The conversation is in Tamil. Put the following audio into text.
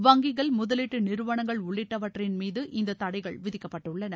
வங்கிகள் முதலீட்டு நிறுவனங்கள் உள்ளிட்டவற்றின் மீது இந்த தடைகள் விதிக்கப்பட்டுள்ளன